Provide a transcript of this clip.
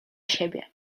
siebie